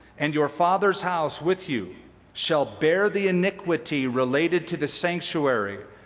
and your father's house with you shall bear the iniquity related to the sanctuary,